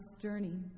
journey